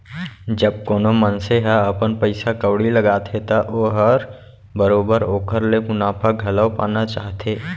जब कोनो मनसे ह अपन पइसा कउड़ी लगाथे त ओहर बरोबर ओकर ले मुनाफा घलौ पाना चाहथे